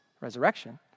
resurrection